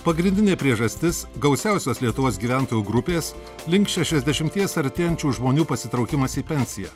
pagrindinė priežastis gausiausios lietuvos gyventojų grupės link šešiasdešimties artėjančių žmonių pasitraukimas į pensiją